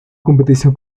competición